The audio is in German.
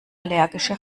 allergische